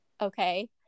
Okay